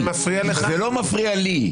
מפריע לך --- לא, זה לא מפריע לי.